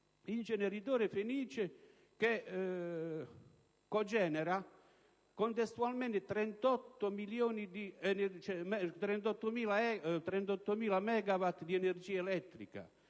denominato Fenice, che cogenera contestualmente 38.000 megawatt di energia elettrica.